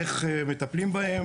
איך מטפלים בהם,